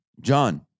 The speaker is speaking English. John